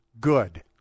good